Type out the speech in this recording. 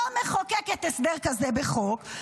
לא מחוקקת הסדר כזה בחוק,